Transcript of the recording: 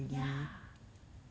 ya